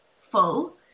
full